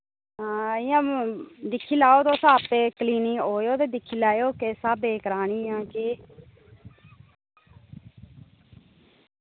हां इ'य्यां दिक्खी लाओ तुस आप्पे क्लिनिक ओयो ते दिक्खी लैयो किस स्हाबे दी करानी जां केह्